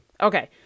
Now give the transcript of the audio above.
Okay